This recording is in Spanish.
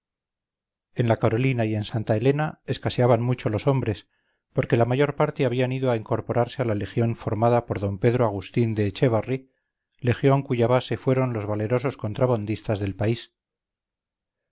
en la carolina y en santa elena escaseaban mucho los hombres porque la mayor parte habían ido a incorporarse a la legión formada por d pedro agustín de echévarri legión cuya base fueron los valerosos contrabandistas del país